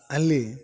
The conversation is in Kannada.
ಅಲ್ಲಿ